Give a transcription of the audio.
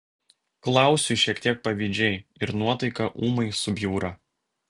klausiu šiek tiek pavydžiai ir nuotaika ūmai subjūra